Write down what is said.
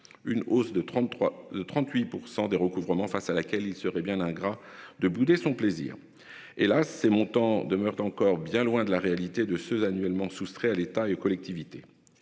une hausse de 33, 38% des recouvrements face à laquelle il serait bien ingrats de bouder son plaisir et là ces montants demeurent encore bien loin de la réalité de ceux annuellement soustrait à l'État et aux collectivités.